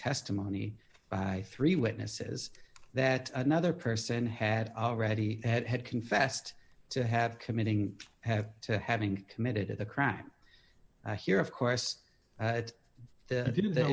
testimony by three witnesses that another person had already had confessed to have committing have to having committed a crime here of course at the did